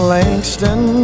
Langston